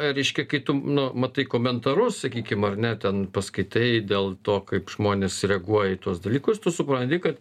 reiškia kai tu nu matai komentarus sakykim ar ne ten paskaitai dėl to kaip žmonės reaguoja į tuos dalykus tu supranti kad